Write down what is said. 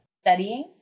studying